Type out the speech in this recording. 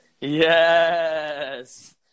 yes